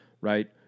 right